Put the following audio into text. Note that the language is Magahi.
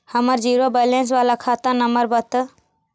हमर जिरो वैलेनश बाला खाता नम्बर बत?